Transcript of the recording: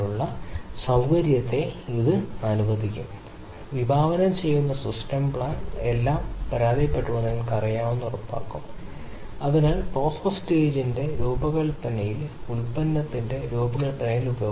അതിനാൽ ശരാശരി നിലവാരം എനിക്ക് എഴുതാൻ കഴിയുന്നത് അങ്ങനെയാണ് ഇത്തരത്തിലുള്ള നഷ്ടം എല്ലാ മൂല്യങ്ങളും ഒരുമിച്ച് പുറത്തെടുക്കുന്നതിലൂടെ നിങ്ങൾക്ക് എക്യുഎൽ എഴുതാൻ കഴിയും കൂടുതൽ ഉചിതമായ രീതിയിൽ